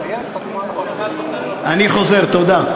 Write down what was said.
כל אחד, אנחנו, תודה,